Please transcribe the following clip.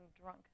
drunk